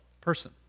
person